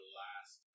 last